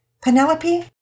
Penelope